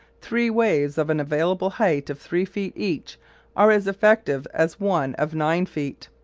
three waves of an available height of three feet each are as effective as one of nine feet.